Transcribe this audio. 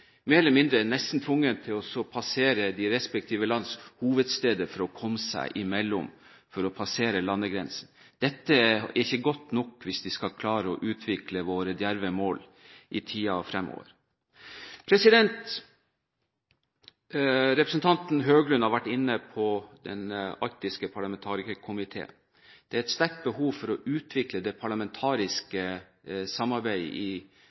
mer eller mindre tvunget til å passere de respektive lands hovedsteder for å passere landegrensene. Dette er ikke godt nok hvis vi skal klare å utvikle våre djerve mål i tiden framover. Representanten Høglund har vært inne på den arktiske parlamentarikerkomiteen. Det er et sterkt behov for å utvikle det parlamentariske samarbeidet i